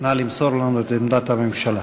נא למסור לנו את עמדת הממשלה.